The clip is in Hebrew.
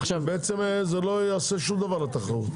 עכשיו בעצם זה לא יעשה שום דבר לתחרות,